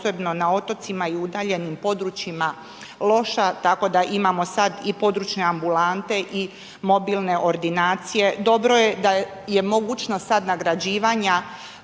posebno na otocima i udaljenim područjima loša, tako da imamo sad i područne ambulante i mobilne ordinacije. Dobro je da je mogućnost sad nagrađivanja